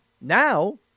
Now